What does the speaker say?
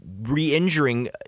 re-injuring